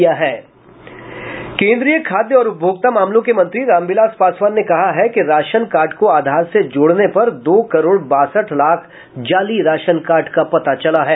केन्द्रीय खाद्य और उपभोक्ता मामलों के मंत्री रामविलास पासवान ने कहा है कि राशन कार्ड को आधार से जोड़ने पर दो करोड़ बासठ लाख जाली राशन कार्ड का पता चला है